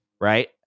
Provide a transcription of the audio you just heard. right